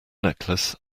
necklace